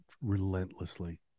relentlessly